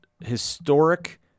historic